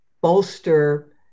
bolster